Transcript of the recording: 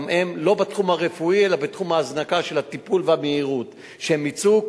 לא בתחום הרפואי אלא בתחום ההזנקה של הטיפול והמהירות שהם יצאו,